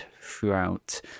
throughout